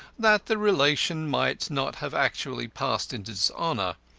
that the relation might not have actually passed into dishonour,